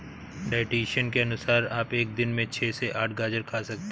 dietitian के अनुसार आप एक दिन में छह से आठ गाजर खा सकते हैं